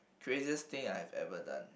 craziest thing I have ever done